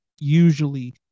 usually